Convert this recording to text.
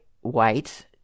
white